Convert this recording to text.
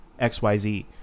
XYZ